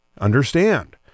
understand